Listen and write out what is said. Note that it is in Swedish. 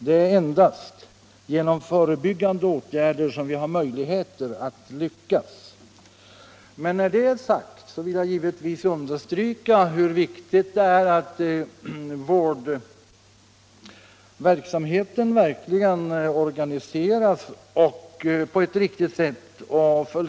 Det är endast -—-- genom förebyggande åtgärder som vi har möjligheter att lyckas.” Men när det är sagt vill jag givetvis understryka, hur viktigt det är att vårdverksamheten verkligen organiseras och följs upp på ett riktigt sätt.